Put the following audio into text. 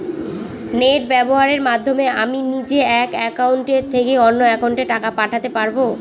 Net ব্যবহারের মাধ্যমে আমি নিজে এক অ্যাকাউন্টের থেকে অন্য অ্যাকাউন্টে টাকা পাঠাতে পারব?